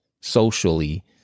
socially